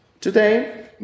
today